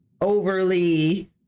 overly